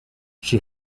she